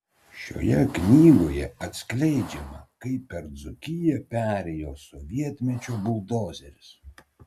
šioje knygoje atskleidžiama kaip per dzūkiją perėjo sovietmečio buldozeris